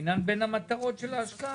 אינן בין המטרות של ההשקעה,